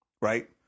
right